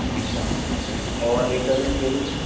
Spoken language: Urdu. اچھا اور ایک درجن کیلے کی